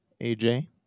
AJ